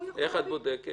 איך את בודקת?